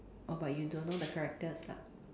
oh but you don't know the characters lah